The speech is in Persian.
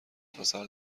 مختصر